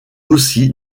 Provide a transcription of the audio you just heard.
aussi